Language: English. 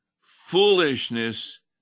foolishness